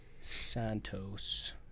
Santos